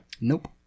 Nope